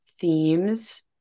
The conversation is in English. themes